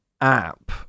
app